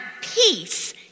peace